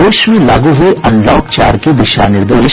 प्रदेश में लागू हुए अनलॉक चार के दिशा निर्देश